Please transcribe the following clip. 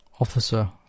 officer